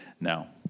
now